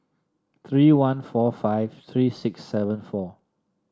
three one four five three six seven four